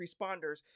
responders